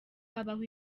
habaho